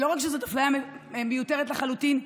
ולא רק שזאת אפליה מיותרת לחלוטין,